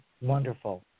wonderful